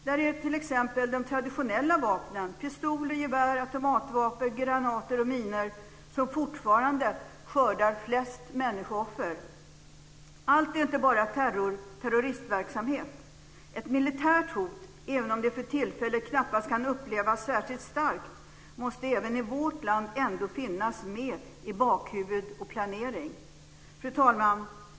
Där är det t.ex. de traditionella vapnen - som fortfarande skördar flest människooffer. Allt är inte bara terroristverksamhet. Ett militärt hot, även om det för tillfället knappast kan upplevas särskilt starkt, måste även i vårt land ändå finnas med i bakhuvud och planering. Fru talman!